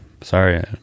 Sorry